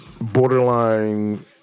borderline